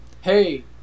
hey